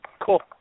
Cool